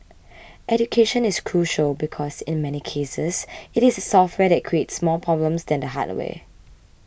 education is crucial because in many cases it is the software that creates more problems than the hardware